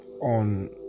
on